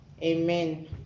Amen